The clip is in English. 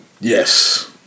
Yes